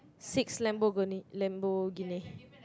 six Lamborghini Lamborghini